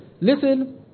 Listen